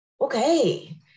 okay